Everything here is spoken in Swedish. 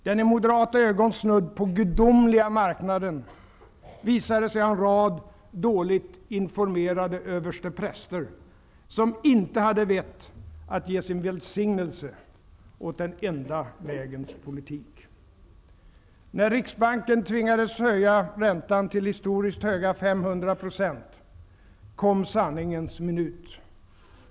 Den i moderata ögon snudd på gudomliga marknaden visade sig ha en rad dåligt informerade överstepräster, som inte hade vett att ge sin välsignelse åt den enda vägens politik. När Riksbanken tvingades höja räntan till historiskt höga 500 220 kom sanningens minut.